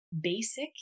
basic